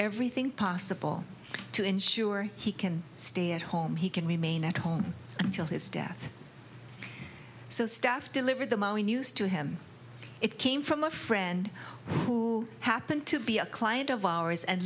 everything possible to ensure he can stay at home he can remain at home until his death so staff deliver the mo news to him it came from a friend who happened to be a client of ours and